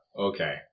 Okay